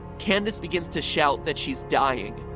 candace begins to shout that she's dying.